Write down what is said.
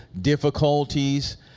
difficulties